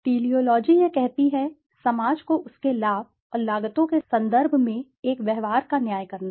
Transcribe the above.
teleology यह कहती है समाज को उसके लाभ और लागतों के संदर्भ में एक व्यवहार का न्याय करना